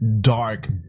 dark